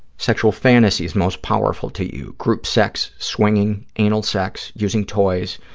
sexual fantasies most powerful to you. group sex, swinging, anal sex, using toys.